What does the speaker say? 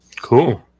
Cool